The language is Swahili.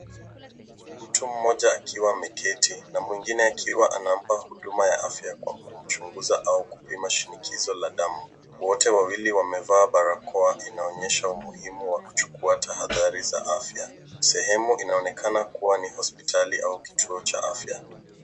Mtu mmoja akiwa ameketi na mwingine akiwa anampa huduma ya afya kwa kumchunguza au kupima shinikizo la damu. Wote wawili wamevaa barakoa, inaonyesha umuhimu wa kuchukua tahadhari za afya. Sehemu inaonekana kuwa ni hospitali au kituo cha afya.